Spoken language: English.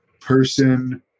person